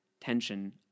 tension